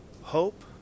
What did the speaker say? hope